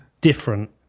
different